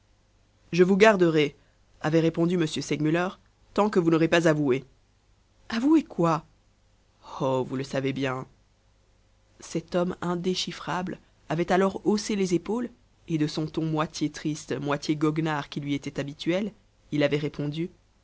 je vous garderai avait répondu m segmuller tant que vous n'aurez pas avoué avoué quoi oh vous le savez bien cet homme indéchiffrable avait alors haussé les épaules et de ce ton moitié triste moitié goguenard qui lui était habituel il avait répondu